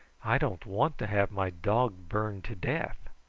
i don't want to have my dog burned to death.